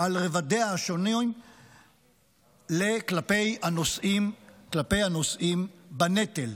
על רבדיה השונים כלפי הנושאים בנטל.